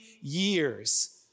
years